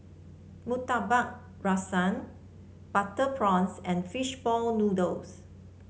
Murtabak Rusa Butter Prawns and fish ball noodles